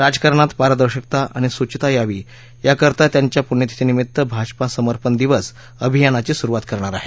राजकारणात पारदर्शकता आणि शुचिता यावी याकरता त्यांच्या पुण्यतिथी निमित्त भाजपा समर्पण दिवस अभियानाची सुरुवात करणार आहे